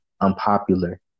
unpopular